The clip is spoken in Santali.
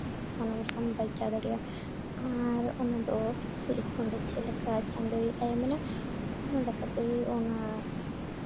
ᱚᱱᱟ ᱠᱚ ᱠᱷᱚᱱ ᱵᱟᱧᱪᱟᱣ ᱫᱟᱲᱮᱭᱟᱜᱼᱟ ᱟᱨ ᱚᱱᱟ ᱫᱚ ᱞᱤᱠᱷᱚᱱ ᱨᱮ ᱪᱮᱫ ᱞᱮᱠᱟ ᱪᱟᱸᱫᱳ ᱟᱡ ᱮᱢᱮᱱᱟ ᱚᱱᱟ ᱞᱮᱠᱟ ᱛᱮᱜᱮᱭ ᱚᱱᱟ